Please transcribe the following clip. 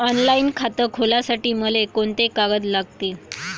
Online खातं खोलासाठी मले कोंते कागद लागतील?